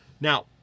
Now